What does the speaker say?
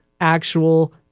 Actual